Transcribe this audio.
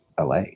la